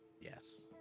Yes